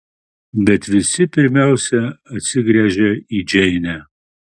bet visi pirmiausia atsigręžia į džeinę